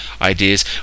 ideas